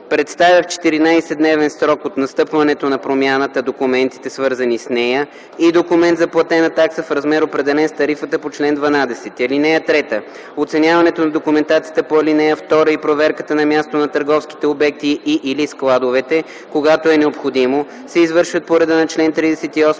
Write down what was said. представя в 14-дневен срок от настъпването на промяната документите, свързани с нея, и документ за платена такса в размер, определен с тарифата по чл. 12. (3) Оценяването на документацията по ал. 2 и проверката на място на търговските обекти и/или складовете, когато е необходимо, се извършват по реда на чл. 38,